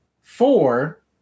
Four